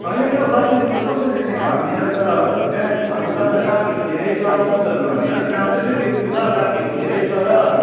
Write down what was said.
होइन नि हौ बासी दुध त कसरी नि हौ हामी त अन्त बिहान हाम्रो त अन्त गाहकीहरू धेरै छ दुधहरू हामी अलिक राम्रै नै बेच्छौँ र गाहकीहरू धेरै छ र